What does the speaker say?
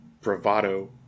bravado